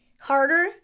harder